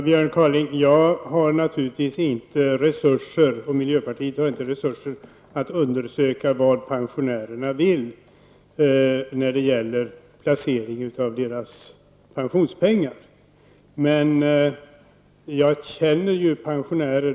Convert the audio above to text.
Herr talman! Björn Kaaling, jag och miljöpartiet har naturligtvis inte resurser att undersöka vad pensionärerna vill när det gäller placeringen av deras pensionspengar. Men jag känner ju pensionärer.